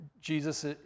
Jesus